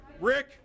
Rick